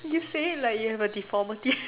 you say it like you have a deformity